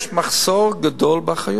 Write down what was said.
יש מחסור גדול באחיות,